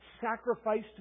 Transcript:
sacrificed